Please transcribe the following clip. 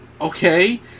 okay